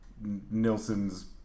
Nilsson's